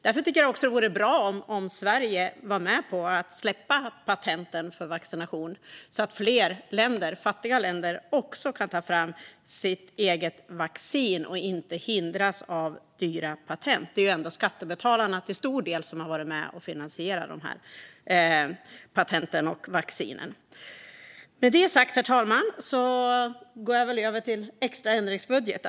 Därför tycker jag att det vore bra om Sverige var med på att släppa patenten för vacciner så att fler länder - fattiga länder - kan ta fram sitt eget vaccin och inte hindras av dyra patent. Det är ju ändå skattebetalarna som till stor del har varit med och finansierat dessa patent och vacciner. Med det sagt, herr talman, går jag över till den extra ändringsbudgeten.